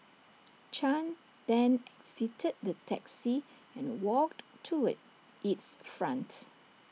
chan then exited the taxi and walked toward its front